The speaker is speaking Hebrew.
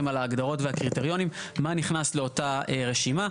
על ההגדרות והקריטריונים מה נכנס לאותה רשימה.